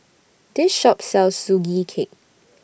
This Shop sells Sugee Cake